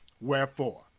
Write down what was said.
Wherefore